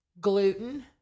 gluten